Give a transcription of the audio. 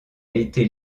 été